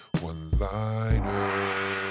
one-liner